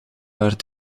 naar